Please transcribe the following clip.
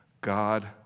God